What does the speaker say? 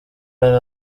yari